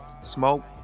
smoke